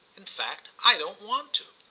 in fact i don't want to!